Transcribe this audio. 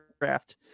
draft